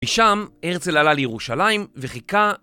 משם, הרצל עלה לירושלים וחיכה...